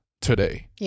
today